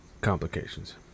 complications